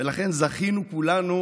ולכן זכינו כולנו